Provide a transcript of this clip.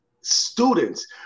students